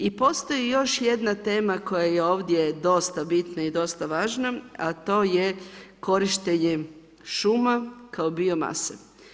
I postoji još jedna veza koja je ovdje dosta bitna i dosta važna a to je korištenje šuma kao bio mase.